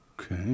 Okay